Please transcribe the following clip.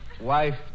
Wife